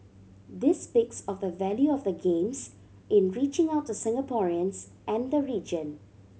this speaks of the value of the Games in reaching out to Singaporeans and the region